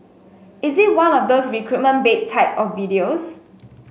is it one of those recruitment bait type of videos